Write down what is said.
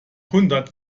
hundert